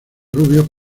rubios